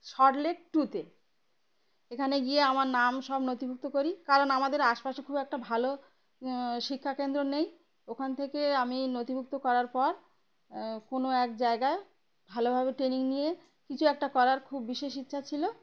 Salt Lake টুতে এখানে গিয়ে আমার নাম সব নথিভুক্ত করি কারণ আমাদের আশপাশে খুব একটা ভালো শিক্ষাকেন্দ্র নেই ওখান থেকে আমি নথিভুক্ত করার পর কোনো এক জায়গায় ভালোভাবে ট্রেনিং নিয়ে কিছু একটা করার খুব বিশেষ ইচ্ছা ছিল